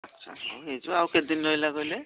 ଆଚ୍ଛା ହଉ ହେଇଯିବ ଆଉ କେତେ ଦିନ ରହିଲା କହିଲେ